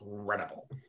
incredible